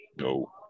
No